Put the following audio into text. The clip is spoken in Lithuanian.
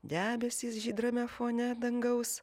debesys žydrame fone dangaus